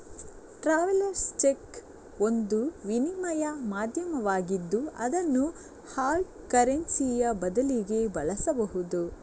travellers cheque ಒಂದು ವಿನಿಮಯ ಮಾಧ್ಯಮವಾಗಿದ್ದು ಅದನ್ನು ಹಾರ್ಡ್ ಕರೆನ್ಸಿಯ ಬದಲಿಗೆ ಬಳಸಬಹುದು